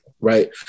right